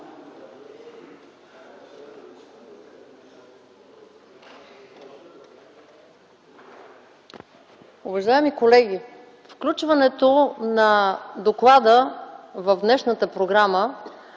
Уважаеми колеги, включването на доклада в днешната програма